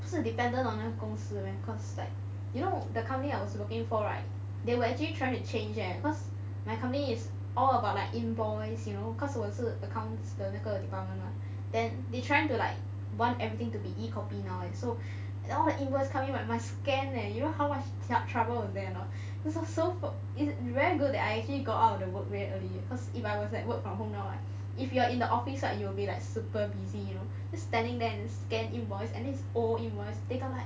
不是 dependent on 那个公司的 meh cause like you know the company I was working for right they were actually trying to change leh cause my company is all about like invoice you know cause 我是 accounts 的那个 department mah then they trying to like want everything to be E copy now eh so all the invoice come in right must scan leh you know how much trouble is that or not so it's very good that I actually got out of the work very early cause if I was at work from home now if you are in the office right you will be like super busy you know standing there scan invoice and is old invoice they got like